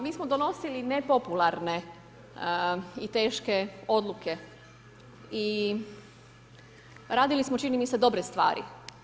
Mi smo donosili nepopularne i teške odluke i radili smo čini mi se, dobre stvari.